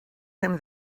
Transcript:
him